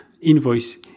invoice